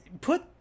put